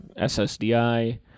SSDI